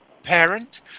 Parent